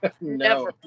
No